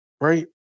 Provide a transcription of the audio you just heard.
right